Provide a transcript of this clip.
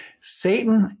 Satan